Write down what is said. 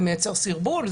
זה מייצר סרבול,